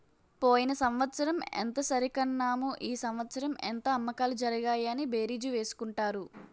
పోయిన సంవత్సరం ఎంత సరికన్నాము ఈ సంవత్సరం ఎంత అమ్మకాలు జరిగాయి అని బేరీజు వేసుకుంటారు